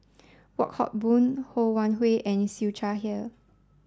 Wong Hock Boon Ho Wan Hui and Siew Shaw Here